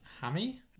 Hammy